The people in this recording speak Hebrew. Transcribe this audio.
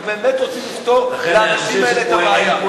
אנחנו באמת רוצים לפתור לאנשים האלה את הבעיה.